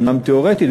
אומנם תיאורטית,